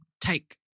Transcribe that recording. take